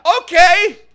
Okay